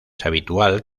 habitual